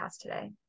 today